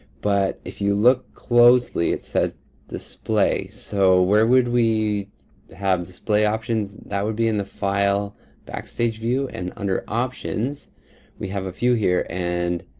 but if you look closely it says display. so, where would we have display options? that would be in the file backstage view. and under options we have a few here. and